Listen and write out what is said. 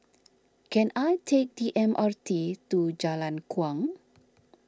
can I take the M R T to Jalan Kuang